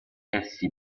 essi